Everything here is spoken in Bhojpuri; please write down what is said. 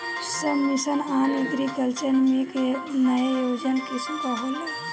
सब mission on agriculture mechanisation scheme का होला?